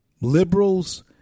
Liberals